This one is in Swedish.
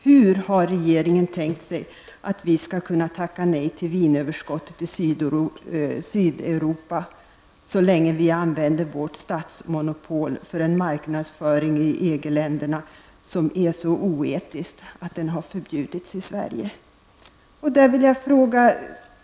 Hur har regeringen tänkt sig att vi skall kunna tacka nej till vinöverskottet i Sydeuropa så länge vi använder vårt statsmonopol till en marknadsföring i EG länderna som är så oetisk att den har förbjudits i Sverige?